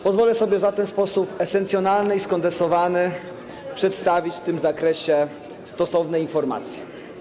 Pozwolę sobie zatem w sposób esencjonalny i skondensowany przedstawić w tym zakresie stosowne informacje.